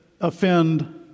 offend